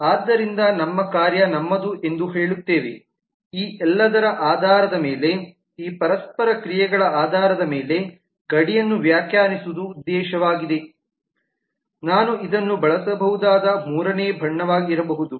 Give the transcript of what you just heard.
ಆದ್ದರಿಂದ ನಮ್ಮ ಕಾರ್ಯ ನಮ್ಮದು ಎಂದು ಹೇಳುತ್ತೇವೆ ಈ ಎಲ್ಲದರ ಆಧಾರದ ಮೇಲೆ ಈ ಪರಸ್ಪರ ಕ್ರಿಯೆಗಳ ಆಧಾರದ ಮೇಲೆ ಗಡಿಯನ್ನು ವ್ಯಾಖ್ಯಾನಿಸುವುದು ಉದ್ದೇಶವಾಗಿದೆ ನಾನು ಇದನ್ನು ಬಳಸಬಹುದಾದ ಮೂರನೇ ಬಣ್ಣವಾಗಿರಬಹುದು